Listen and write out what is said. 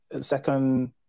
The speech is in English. second